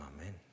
Amen